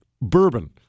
bourbon